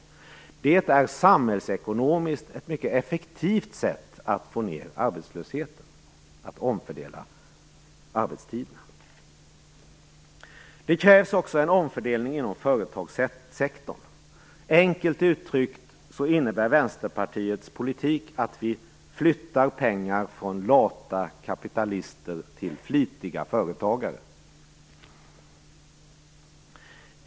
Att omfördela arbetstiden är samhällsekonomiskt ett mycket effektivt sätt att få ned arbetslösheten. Det krävs också en omfördelning inom företagssektorn. Enkelt uttryckt innebär Vänsterpartiets politik att vi flyttar pengar från lata kapitalister till flitiga företagare.